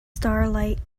starlight